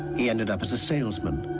he ended up as a salesman,